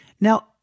Now